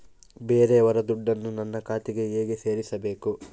ಬೇರೆಯವರ ದುಡ್ಡನ್ನು ನನ್ನ ಖಾತೆಗೆ ಹೇಗೆ ಸೇರಿಸಬೇಕು?